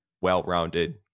well-rounded